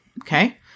okay